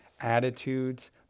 attitudes